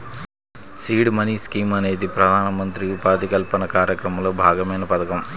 seed money scheme అనేది ప్రధానమంత్రి ఉపాధి కల్పన కార్యక్రమంలో భాగమైన పథకం